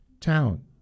town